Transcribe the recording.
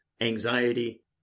anxiety